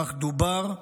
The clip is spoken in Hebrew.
כך דובר.